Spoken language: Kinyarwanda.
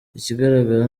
ikigaragara